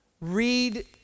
read